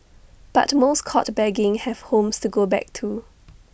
but most caught begging have homes to go back to